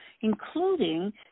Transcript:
including